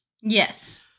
Yes